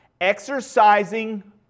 Exercising